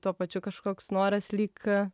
tuo pačiu kažkoks noras lyg a